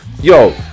Yo